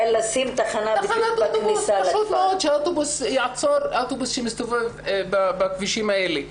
לשים תחנת אוטובוס בדיוק בכניסה לכפר.